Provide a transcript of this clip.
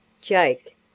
Jake